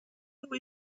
who